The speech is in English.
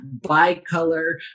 bicolor